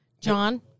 John